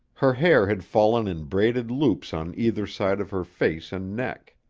her hair had fallen in braided loops on either side of her face and neck.